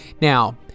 Now